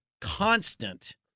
constant